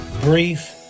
brief